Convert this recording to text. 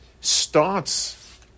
starts